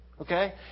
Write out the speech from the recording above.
Okay